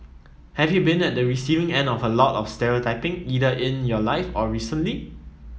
have you been at the receiving end of a lot of stereotyping either in your life or recently